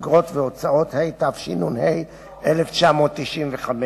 אגרות והוצאות, התשנ"ה 1995,